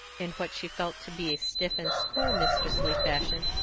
in what she felt to be a stiff and school-mistressly fashion,